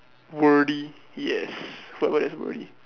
worthy yes the word is worthy